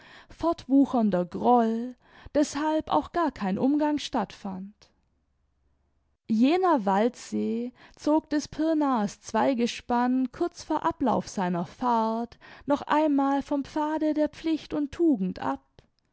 fortwuchernder groll deßhalb auch gar kein umgang statt fand jener waldsee zog des pirnaer's zweigespann kurz vor ablauf seiner fahrt noch einmal vom pfade der pflicht und tugend ab